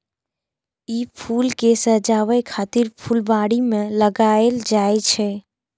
ई फूल कें सजाबै खातिर फुलबाड़ी मे लगाएल जाइ छै